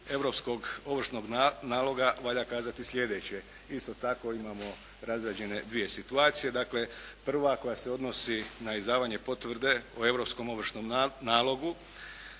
europskog ovršnog naloga valja kazati slijedeće. Isto tako imamo razrađene dvije situacije. Dakle, prva koja se odnosi na izdavanje potvrde o europskom ovršnom nalogu